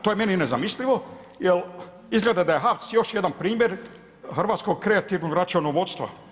To je meni nezamislivo jer izgleda da je HAVC još jedan primjer hrvatskog kreativnog računovodstva.